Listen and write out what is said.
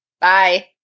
Bye